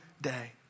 day